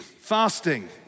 Fasting